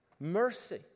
mercy